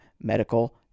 medical